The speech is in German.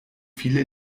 viele